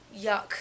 yuck